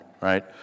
right